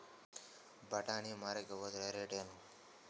ಬಟಾನಿ ಮಾರಾಕ್ ಹೋದರ ರೇಟೇನು?